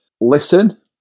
listen